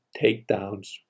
takedowns